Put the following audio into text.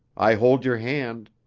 i hold your hand,